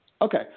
Okay